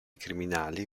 criminali